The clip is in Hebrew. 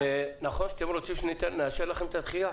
נכון שאתם רוצים שנאשר לכם את הדחייה?